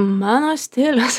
mano stilius